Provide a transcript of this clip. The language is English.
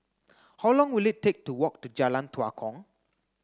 how long will it take to walk to Jalan Tua Kong